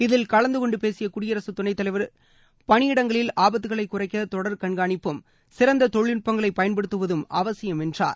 இதில் கலந்துகொண்டு பேசிய குடியரசுத் துணைத் தலைவர் பணியிடங்களில் ஆபத்துகளை குறைக்க தொடர் கண்காணிப்பும் சிறந்த தொழில்நுட்பங்களை பயன்படுத்துவதும் அவசியம் என்றார்